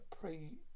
pre